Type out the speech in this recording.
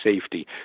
safety